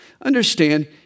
Understand